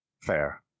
Fair